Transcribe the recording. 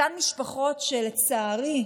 אותן משפחות, שלצערי,